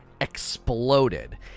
exploded